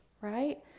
right